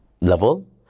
level